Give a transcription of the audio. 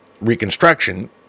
Reconstruction